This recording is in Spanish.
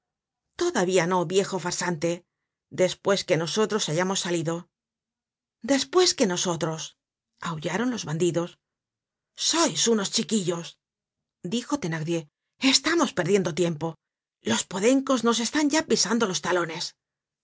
todavía no viejo farsante despues que nosotros hayamos salido despues que nosotros aullaron los bandidos sois unos chiquillos dijo thenardier estamos perdiendo tiempo los podencos nos están ya pisando los talones